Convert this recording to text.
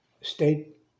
state